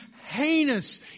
heinous